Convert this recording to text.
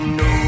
no